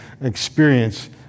experience